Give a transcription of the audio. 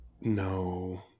No